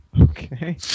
Okay